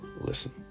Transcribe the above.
listen